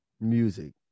Music